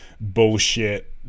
bullshit